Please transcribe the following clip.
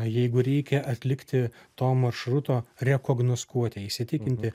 jeigu reikia atlikti to maršruto rekognoskuotę įsitikinti